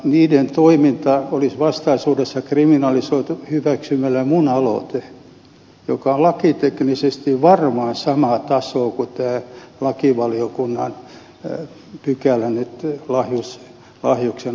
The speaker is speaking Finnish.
niiden toiminta olisi vastaisuudessa kriminalisoitu hyväksymällä minun aloitteeni joka on lakiteknisesti varmaan samaa tasoa kuin nyt tämä lakivaliokunnan pykälä lahjuksen antamisesta